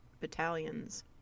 battalions